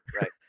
Right